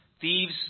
thieves